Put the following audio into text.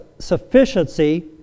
sufficiency